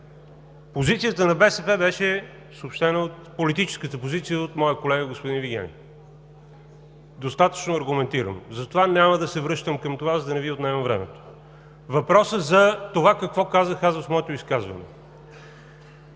позиция на БСП беше съобщена от моя колега господин Вигенин достатъчно аргументирано. Затова няма да се връщам към това, за да не Ви отнемам времето. Въпросът за това какво казах аз в моето изказване